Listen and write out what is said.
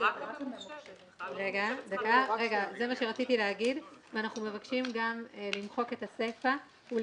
ותודה שכחבר אתה לא משאיר אותי אף פעם